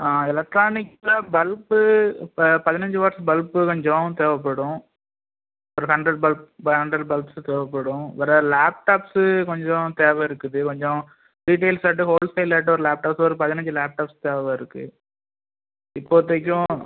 ஆ எலெக்ட்ரானிக்ஸ்ல பல்பு பதினைஞ்சி watts bulb கொஞ்சம் தேவைப்படும் ஒரு hundred bulb five hundred bulbs தேவைப்படும் வேறு லேப்டாப்ஸு கொஞ்சம் தேவை இருக்குது கொஞ்சம் ரீடெயில்ஸ் ஆட்டு ஹோல்சேல் ஆட்டு ஒரு லேப்டாப்ஸு ஒரு பதினைஞ்சி லேப்டாப்ஸ் தேவை இருக்குது இப்போதைக்கும்